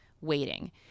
waiting